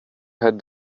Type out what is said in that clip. had